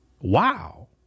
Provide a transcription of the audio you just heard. Wow